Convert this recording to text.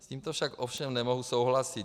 S tímto však ovšem nemohu souhlasit.